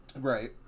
Right